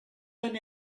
him